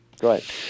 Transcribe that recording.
great